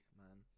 man